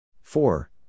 Four